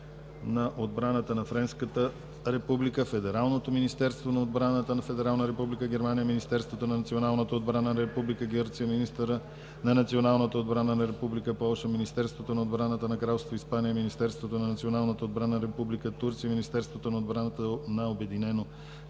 на отбраната на Френската република, Федералното министерство на отбраната на Федералната република Германия, Министерството на националната отбрана на Република Гърция, министъра на националната отбрана на Република Полша, Министерството на отбраната на Кралство Испания, Министерството на националната отбрана на Република Турция, Министерството на отбраната на Обединено кралство